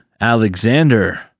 Alexander